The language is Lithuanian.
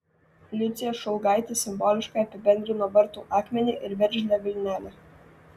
liucija šulgaitė simboliškai apibendrina vartų akmenį ir veržlią vilnelę